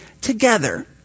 together